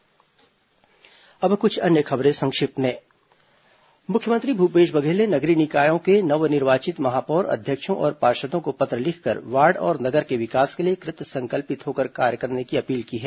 संक्षिप्त समाचार अब कुछ अन्य खबरें संक्षिप्त में मुख्यमंत्री भूपेश बघेल ने नगरीय निकायों के नव निर्वाचित महापौर अध्यक्षों और पार्षदों को पत्र लिखकर वार्ड और नगर के विकास के लिए कृत संकल्पित होकर कार्य करने की अपील की है